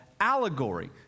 allegory